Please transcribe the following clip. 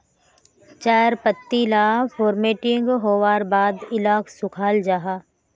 चायर पत्ती ला फोर्मटिंग होवार बाद इलाक सुखाल जाहा